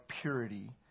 purity